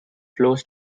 flows